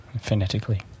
phonetically